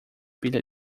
pilha